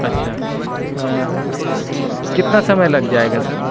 अच्छा कितना समय लग जाएगा सर